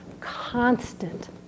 constant